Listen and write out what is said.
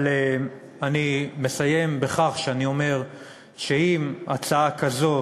אבל אני מסיים בכך שאני אומר שאם הצעה כזאת